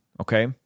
okay